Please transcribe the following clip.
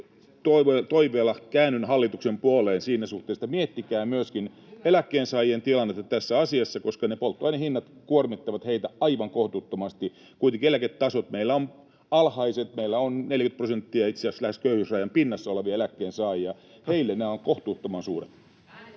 toiveella käännyn hallituksen puoleen siinä suhteessa, että miettikää myöskin eläkkeensaajien tilannetta tässä asiassa, koska ne polttoaineiden hinnat kuormittavat heitä aivan kohtuuttomasti. Kuitenkin eläketasot meillä ovat alhaiset; meillä on 40 prosenttia itse asiassa lähes köyhyysrajan pinnassa olevia eläkkeensaajia. Heille nämä ovat kohtuuttoman suuria.